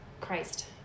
Christ